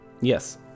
Yes